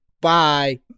Bye